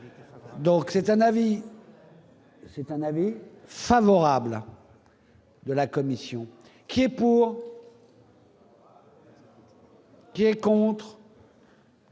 avis, c'est un avis favorable de la commission qui est pour. Qui est contre.